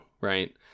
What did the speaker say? right